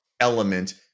element